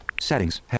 settings